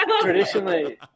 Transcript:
Traditionally